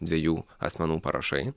dviejų asmenų parašai